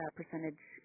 percentage